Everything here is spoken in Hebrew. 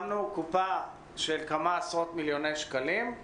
שמנו קופה של כמה עשרות מיליוני שקלים,